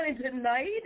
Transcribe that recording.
tonight